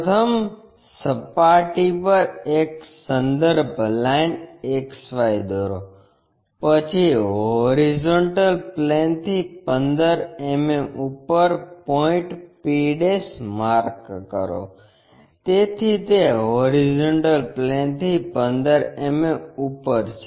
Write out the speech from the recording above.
પ્રથમ સપાટી પર એક સંદર્ભ લાઇન XY દોરો પછી HP થી 15 mm ઉપર પોઇન્ટ p માર્ક કરો તેથી તે HP થી 15 mm ઉપર છે